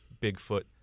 Bigfoot